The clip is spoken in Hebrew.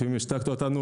לפעמים השתקת אותנו.